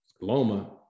Loma